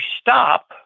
stop